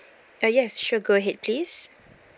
ah yes sure go ahead please